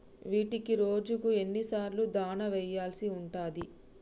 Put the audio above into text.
వీటికి రోజుకు ఎన్ని సార్లు దాణా వెయ్యాల్సి ఉంటది?